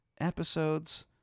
episodes